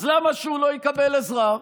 אז למה שהוא לא יקבל עזרה?